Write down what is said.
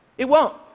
it won't.